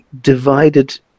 divided